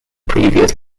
previous